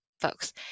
folks